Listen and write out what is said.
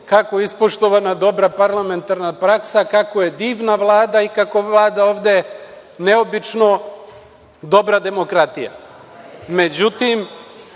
kako je ispoštovana dobra parlamentarna praksa, kako je divna Vlada i kako vlada ovde neobično dobra demokratija.Međutim,